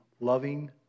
loving